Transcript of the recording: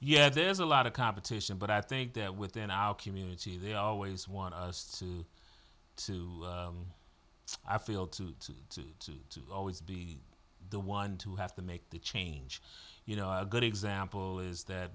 yeah there's a lot of competition but i think there are within our community they always want us to to i feel to to to to to always be the one to have to make the change you know a good example is that